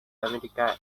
america